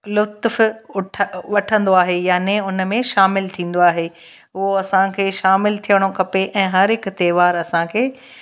लुत्फ़ु उठ वठंदो आहे यानि हुन में शामिलु थींदो आहे उहो असांखे शामिलु थियणो खपे ऐं हर हिकु त्योहार असांखे